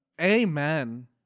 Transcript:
amen